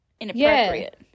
inappropriate